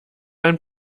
ein